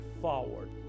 forward